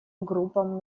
группам